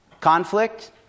Conflict